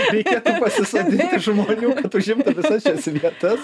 reikėtų pasisodinti žmonių kad užimtų visas šias vietas